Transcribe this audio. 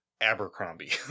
Abercrombie